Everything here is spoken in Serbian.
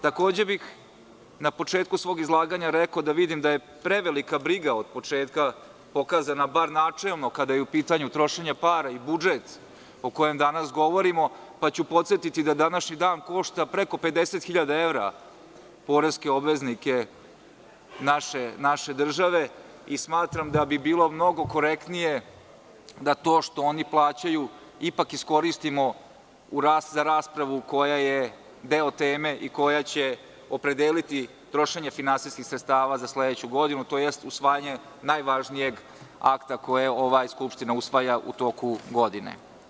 Takođe bih na početku svog izlaganja rekao da vidim da je prevelika briga od početka pokazana, bar načelno kada je u pitanju trošenje para i budžet o kojem danas govorimo, pa ću podsetiti da današnji dan košta preko 50.000 evra poreske obveznike naše države i smatram da bi bilo mnogo korektnijeda to što oni plaćaju ipak iskoristimo za raspravu koja je deo teme i koja će opredeliti trošenje finansijskih sredstava za sledeću godinu, tj. usvajanje najvažnijeg akta koje ova Skupština usvaja u toku godine.